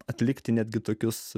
atlikti netgi tokius